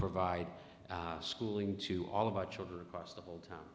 provide schooling to all of our children across the whole time